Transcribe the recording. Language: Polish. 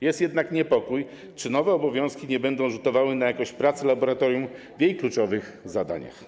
Jest jednak niepokój, czy nowe obowiązki nie będą rzutowały na jakość pracy laboratorium w jej kluczowych zadaniach.